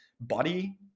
body